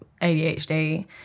ADHD